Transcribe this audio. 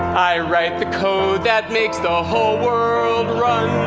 i write the code that makes the whole world run.